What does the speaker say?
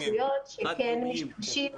אני מתייחסת